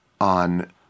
on